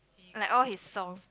like all his songs